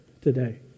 today